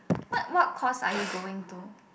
what what course are you going to